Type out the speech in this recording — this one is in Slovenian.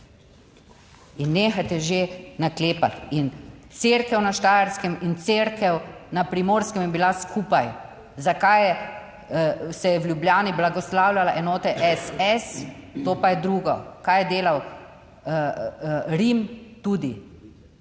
In nehajte že naklepati. In cerkev na Štajerskem in cerkev na Primorskem je bila skupaj. Zakaj se je v Ljubljani blagoslavljala enota SS, to pa je drugo, kaj je delal Rim tudi.